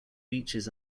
beaches